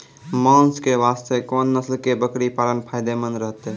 मांस के वास्ते कोंन नस्ल के बकरी पालना फायदे मंद रहतै?